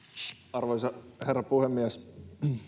arvoisa herra puhemies